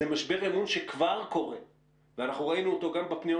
זה משבר אמון שכבר קורה וראינו אותו גם בפניות